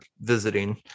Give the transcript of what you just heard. visiting